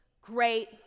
great